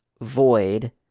void